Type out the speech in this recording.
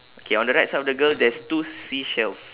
okay on the right side of the girl there's two seashells